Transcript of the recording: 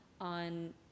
on